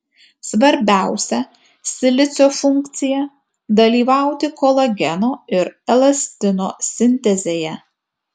svarbiausia silicio funkcija dalyvauti kolageno ir elastino sintezėje